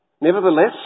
Nevertheless